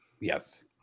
Yes